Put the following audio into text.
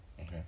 Okay